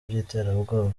by’iterabwoba